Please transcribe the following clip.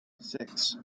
six